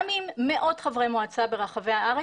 גם עם מאות חברי מועצה בארץ,